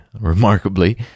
remarkably